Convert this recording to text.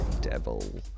Devil